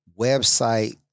website